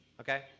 Okay